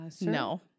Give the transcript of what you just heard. no